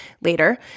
later